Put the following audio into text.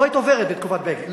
לא היית עוברת בתקופת בגין.